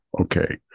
Okay